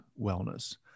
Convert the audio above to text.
wellness